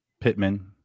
Pittman